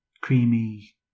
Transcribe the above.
creamy